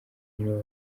nibo